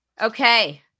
Okay